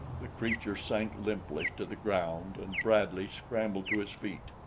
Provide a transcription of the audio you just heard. the creature sank limply to the ground and bradley scrambled to his feet.